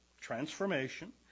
transformation